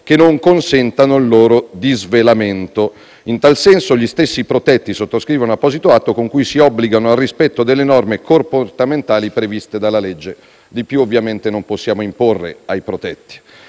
che non consentano il loro disvelamento. In tal senso, gli stessi protetti sottoscrivono apposito atto con cui si obbligano al rispetto delle norme comportamentali previste dalla legge (di più, ovviamente, non possiamo loro imporre).